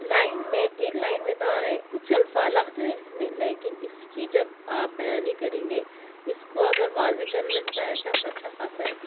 line میں ایک line میں تو آرہے ہیں کچھ الفاظ لفظ ہے اس میں لیکن اس کی جب آپ بیانی کریں گے اس کو اگر واضح کرنے سے آئے تو اچھا خاصا ایک